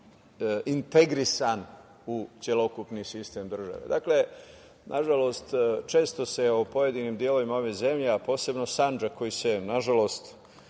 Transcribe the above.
integrisan u celokupni sistem države. Nažalost, često se o pojedinim delovima ove zemlje, a posebno Sandžak koji se nažalost